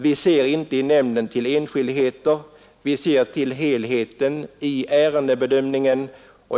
Vi ser inom nämnden inte till enskildheter utan till helheten vid ärendebedömningen.